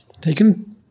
taken